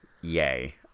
Yay